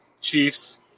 chief's